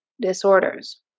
disorders